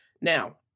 Now